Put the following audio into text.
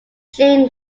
chain